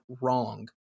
wrong